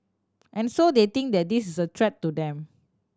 and so they think that this is a threat to them